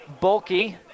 Bulky